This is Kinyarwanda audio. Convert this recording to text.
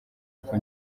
uko